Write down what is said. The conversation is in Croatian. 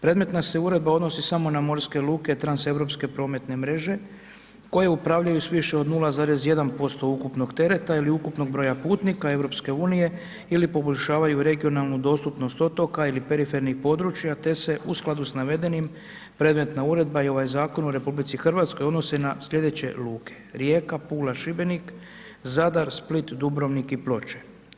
Predmetna se uredba odnosi samo na morske luke, transeuropske prometne mreže, koje upravljaju s više od 0,1% ukupnog tereta ili ukupnog broja putnika EU ili poboljšavaju regionalnu dostupnost otoka ili perifernih područja, te se u skladu s navedenim predmetna uredba i ovaj zakon u RH odnose na sljedeće luke, Rijeka, Pula, Šibenik, Zadar, Split, Dubrovnik i Ploče.